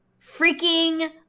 freaking